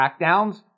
crackdowns